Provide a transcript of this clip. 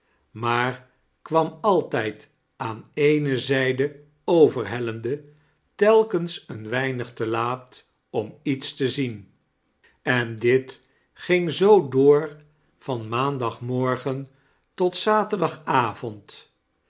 maar kwam altijd aan ene zijde overhellende telkens een weinig te laat om iets te zien en dit ging zoo door van maandagmorgen tot zaterdagavond